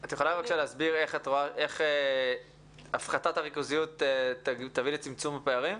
את יכולה להסביר איך הפחתת הריכוזיות תביא לצמצום הפערים?